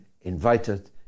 invited